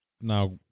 Now